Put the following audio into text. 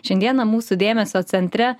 šiandieną mūsų dėmesio centre